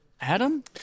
adam